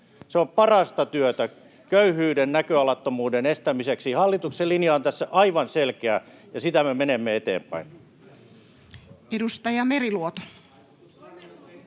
Se on parasta työtä köyhyyden, näköalattomuuden estämiseksi. Hallituksen linja on tässä aivan selkeä, ja sitä me viemme eteenpäin.